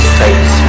face